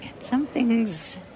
Something's